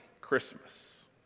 Christmas